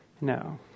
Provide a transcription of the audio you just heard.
No